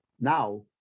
now